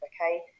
Okay